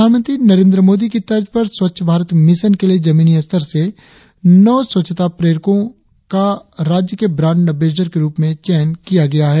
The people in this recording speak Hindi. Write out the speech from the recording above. प्रधानमंत्री नरेंद्र मोदी की तर्ज पर स्वच्छ भारत मिशन के लिए जमीनी स्तर से नौ स्वच्छता प्रेरको का राज्य के ब्रांड एम्बेसडर के रुप में चयन किया गया है